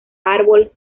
árbol